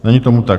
Není tomu tak.